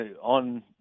on